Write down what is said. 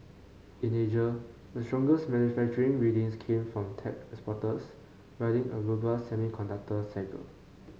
in Asia the strongest manufacturing readings came from tech exporters riding a robust semiconductor cycle